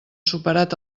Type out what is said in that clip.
superat